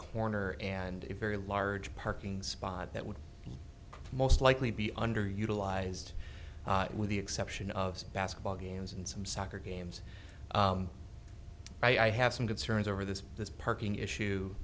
corner and if very large parking spot that would most likely be underutilized with the exception of basketball games and some soccer games i have some concerns over this this parking issue